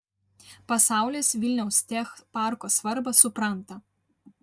pasaulis vilniaus tech parko svarbą supranta